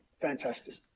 fantastic